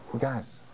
Guys